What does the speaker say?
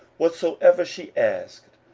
whatsoever she asked,